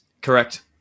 Correct